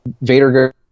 Vader